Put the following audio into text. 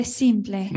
simple